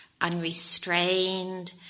unrestrained